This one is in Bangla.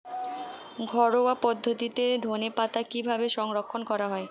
ঘরোয়া পদ্ধতিতে ধনেপাতা কিভাবে সংরক্ষণ করা হয়?